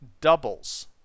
doubles